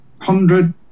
hundred